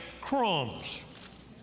crumbs